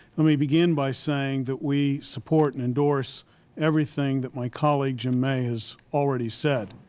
let me begin by saying that we support and endorse everything that my colleague jim may has already said.